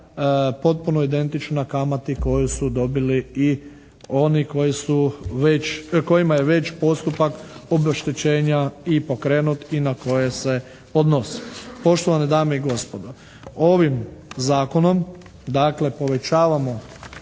potpuno identična kamati koju su dobili i oni koji su već, onima kojima je već postupak obeštećenja i pokrenut i na koje se odnosi. Poštovane dame i gospodo, ovim zakonom dakle, povećavamo